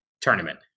tournament